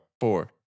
four